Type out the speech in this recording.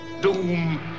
Doom